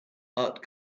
art